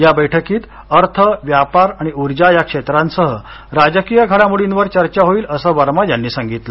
या बैठकीत अर्थ व्यापार आणि उर्जा या क्षेत्रांसह राजकीय घडामोडींवर चर्चा होईल असं वर्मा यांनी सांगितलं